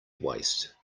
waste